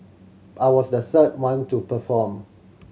I was the third one to perform